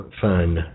fun